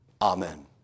Amen